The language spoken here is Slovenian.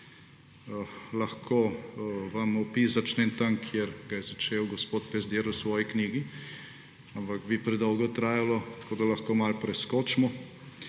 Lahko vam opis začnem tam, kjer ga je začel gospod Pezdir v svoji knjigi, ampak bi predolgo trajalo, tako da lahko malo preskočimo.